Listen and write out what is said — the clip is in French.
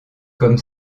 comme